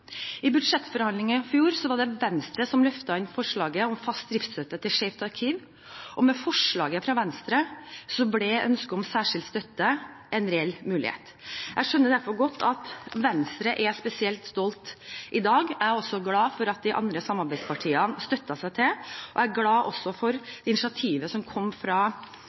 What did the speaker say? I budsjettforhandlingene i fjor var det Venstre som løftet inn forslaget om fast driftsstøtte til Skeivt arkiv. Med forslaget fra Venstre ble ønsket om særskilt støtte en reell mulighet. Jeg skjønner derfor godt at man i Venstre er spesielt stolt i dag. Jeg er også glad for at de andre samarbeidspartiene sluttet seg til, og jeg er også glad for initiativet som kom fra